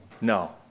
No